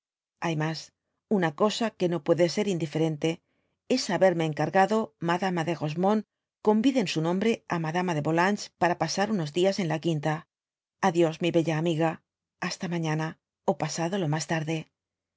hay mas una cosa que no puede ser indiferente es haberme encargado madama de rosemonde convide en su nombre á madama de yolanges para pasar irnos días en la tpiinta a dios mi bella amiga hasta mañana ó pasado lo mas tarde